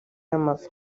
y’amavi